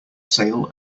sail